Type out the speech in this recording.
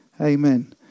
Amen